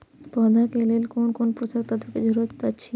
पौधा के लेल कोन कोन पोषक तत्व के जरूरत अइछ?